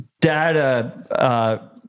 data